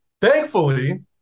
Thankfully